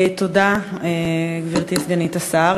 תודה, גברתי סגנית השר.